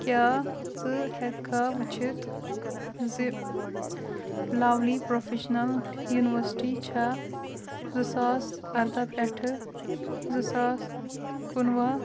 کیٛاہ ژٕ ہٮ۪کِکھا وُچھِتھ زِ لَولی پرٛوفیشنَل یونِیورسِٹی چھا زٕ ساس اَرداہ پٮ۪ٹھٕ زٕ ساس کُنوُہ